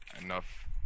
enough